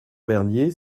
bernier